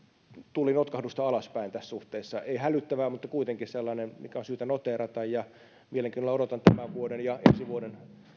tuli notkahdusta alaspäin tässä suhteessa ei hälyttävää mutta kuitenkin sellainen mikä on syytä noteerata mielenkiinnolla odotan tämän vuoden ja ensi vuoden